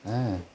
ᱦᱮᱸ